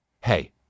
Hey